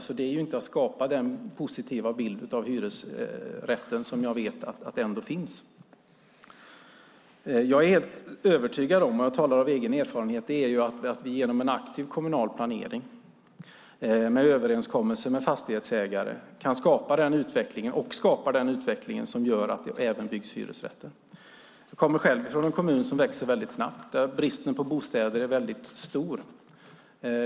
Det är inte att skapa den positiva bild av hyresrätten som jag vet ändå finns. Jag är helt övertygad - jag talar av egen erfarenhet - om att vi genom en aktiv kommunal planering med överenskommelser med fastighetsägare kan skapa den utveckling som gör att det byggs även hyresrätter. Jag kommer själv från en kommun som växer snabbt och där bristen på bostäder är stor.